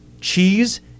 cheese